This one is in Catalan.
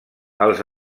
els